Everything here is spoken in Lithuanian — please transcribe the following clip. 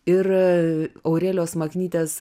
ir aurelijos maknytės